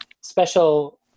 special